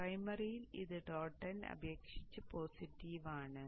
പ്രൈമറിയിൽ ഇത് dot end അപേക്ഷിച്ച് positive ആണ്